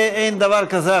אין דבר כזה,